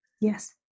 Yes